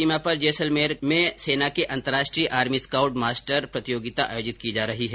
सीमावर्ती जैसलमेर जिले में सेना के अंतर्राष्ट्रीय आर्मी स्काउट मास्टर प्रतियोगिता आयोजित की जा रही है